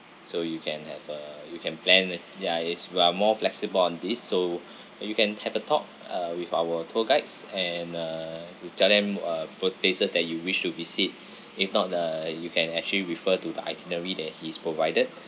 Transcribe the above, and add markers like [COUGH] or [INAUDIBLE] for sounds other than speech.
so you can have uh you can plan it ya it's we are more flexible on this so you can have a talk uh with our tour guides and uh you tell them uh p~ places that you wish to visit [BREATH] if not uh you can actually refer to the itinerary that he's provided